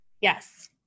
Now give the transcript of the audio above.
Yes